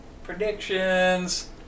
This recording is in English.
Predictions